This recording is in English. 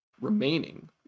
remaining